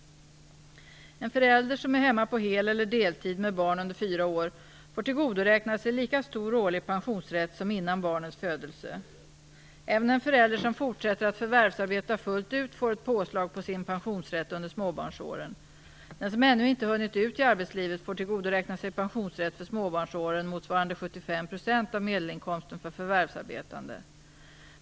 En förälder som är hemma på hel eller deltid med barn under fyra år får tillgodoräkna sig lika stor årlig pensionsrätt som innan barnets födelse. Även en förälder som fortsätter att förvärvsarbeta fullt ut får ett påslag på sin pensionsrätt under småbarnsåren. Den som ännu inte hunnit ut i arbetslivet får tillgodoräkna sig pensionsrätt för småbarnsåren motsvarande 75 % av medelinkomsten för förvärvsarbetande.